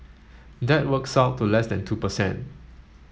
that works out to less than two per cent